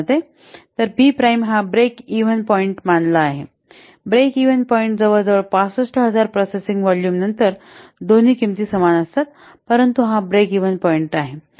तर B prime हा break even point बनला आहे ब्रेक इव्हन पॉईंट जवळजवळ 65000 प्रोसेसिंग व्हॉल्यूम नंतर दोन्ही किंमती समान असतात परंतु हा ब्रेक इव्हन पॉईंट आहे